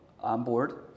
onboard